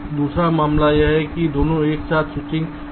दूसरा मामला यह है कि दोनों एक साथ स्विचिंग कर रहे हैं